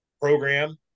program